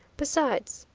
besides,